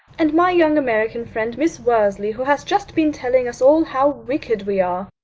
and my young american friend, miss worsley, who has just been telling us all how wicked we are.